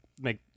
make